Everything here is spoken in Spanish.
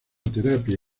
terapia